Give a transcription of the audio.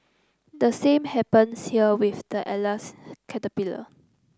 the same happens here with the Atlas caterpillar